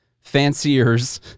fanciers